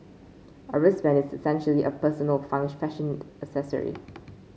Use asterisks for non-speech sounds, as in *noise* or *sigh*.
a wristband is essentially a personal *unintelligible* fashion accessory *noise*